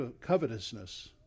covetousness